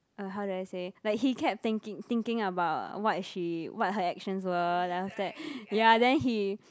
uh how do I say like he kept thinking thinking about what she what her actions were then after that ya then he